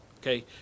okay